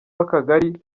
w’akagari